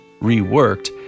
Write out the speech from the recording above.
Reworked